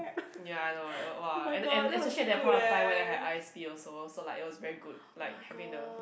ya I know like !wah! and and especially at that point of time when I had I S_P also so like it was very good like having the